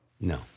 No